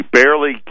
barely